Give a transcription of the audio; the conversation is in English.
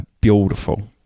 Beautiful